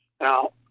now